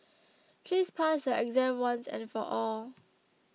please pass your exam once and for all